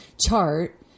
chart